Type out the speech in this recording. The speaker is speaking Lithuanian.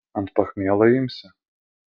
ant pachmielo imsi